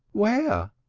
where?